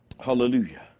Hallelujah